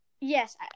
yes